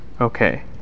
Okay